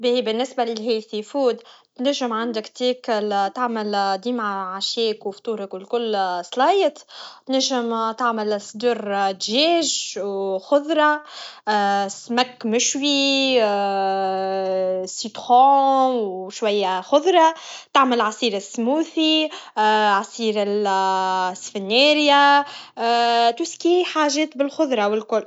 باهي بالنسبه للهالثي فود تنجم عندك تاكل تعمل ديما عشاك و فطورك لكل سلايط تنجم تعمل صدر جاج و خضره سمك مشوي سيتخون و شويه خضره تعمل عصير السموثي عصير السفناريه توسكييه حاجات بالخضره و الكل